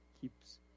keeps